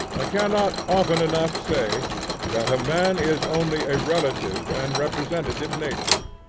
i cannot often enough say that a man is only a relative and representative nature.